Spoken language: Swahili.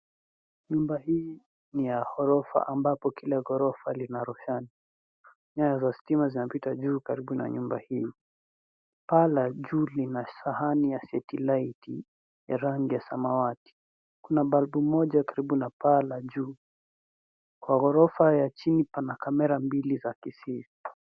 Nyumba hii ni ya ghorofa ambapo kila ghorofa lina roshani. Nyaya za stima zinapita juu karibu na nyumba hii. Paa la juu lina sahani la satelite ya rangi ya samawati. Kuna balbu moja karibu na paa la juu. Kwa ghorofa ya chini kuna kamera mbili za cctv.